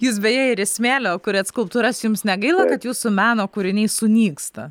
jūs beje ir iš smėlio kuriat skulptūras jums negaila kad jūsų meno kūrinys sunyksta